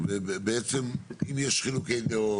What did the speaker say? ובעצם אם יש חילוקי דעות,